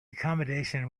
accommodation